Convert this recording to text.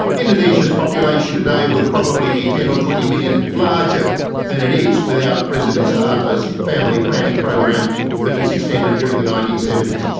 indonesia's population today would probably be ten million or twenty million larger than it is without president suharto's family planning program that was extended during the nineteen seventy s.